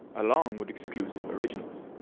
along with exclusive originals.